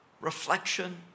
reflection